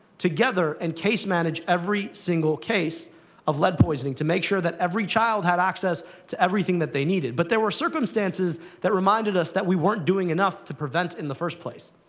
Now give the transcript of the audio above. together, and case manage every single case of lead poisoning, to make sure that every child had access to everything that they needed. but there were circumstances that reminded us that we weren't doing enough to prevent in the first place.